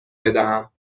بدهم